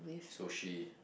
sushi